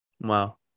Wow